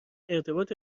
ارتباط